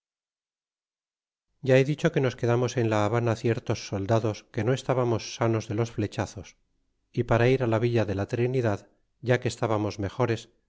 ya he dicho que nos quedamos en la habana ciertos soldados que no estábamos sanos de los flechazos y para ir á la villa de la trinidad ya que estábamos mejores